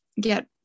get